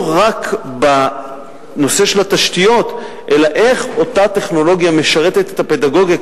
לא רק בנושא התשתיות אלא איך אותה טכנולוגיה משרתת את הפדגוגיה,